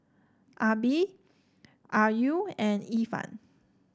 Nabil Ayu and Irfan